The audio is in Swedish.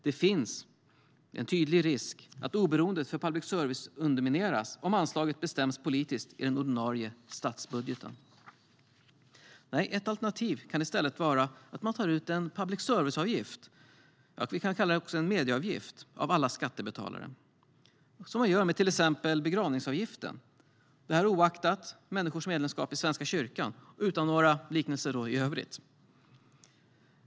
Det finns en tydlig risk att oberoendet för public service undermineras om anslaget bestäms politiskt i den ordinarie statsbudgeten. Ett alternativ kan i stället vara att man tar ut en public service-avgift - vi kan också kalla det en medieavgift - av alla skattebetalare, som man gör med till exempel begravningsavgiften, oavsett människors medlemskap i Svenska kyrkan, utan några liknelser i övrigt.